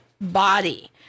body